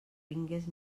vingues